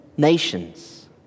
nations